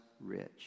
rich